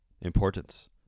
importance